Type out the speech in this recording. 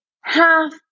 half